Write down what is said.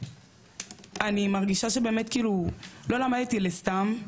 אני מרגישה שבאמת כאילו לא למדתי לסתם,